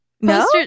No